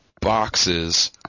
boxes